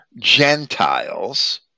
Gentiles